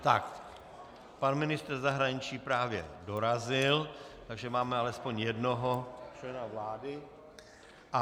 Tak, pan ministr zahraničí právě dorazil, takže máme alespoň jednoho člena vlády.